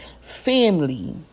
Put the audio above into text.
Family